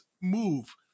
move